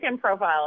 profile